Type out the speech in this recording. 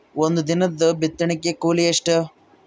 ಒಂದಿನದ ಬಿತ್ತಣಕಿ ಕೂಲಿ ಎಷ್ಟ?